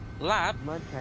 Lab